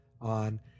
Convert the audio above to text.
on